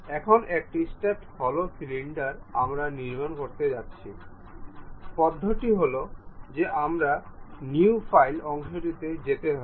এখন একটি stepped hollow cylinder আমরা নির্মাণ করতে যাচ্ছিপদ্ধতিটি হল যে আমাদের নিউ ফাইল অংশেটিতে যেতে হবে